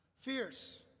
fierce